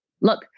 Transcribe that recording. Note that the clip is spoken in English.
look